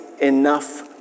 enough